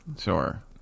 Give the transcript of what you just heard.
Sure